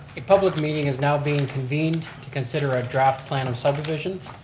a public meeting is now being convened to consider a draft plan of subdivisions.